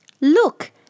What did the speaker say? Look